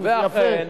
יפה.